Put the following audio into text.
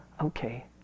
Okay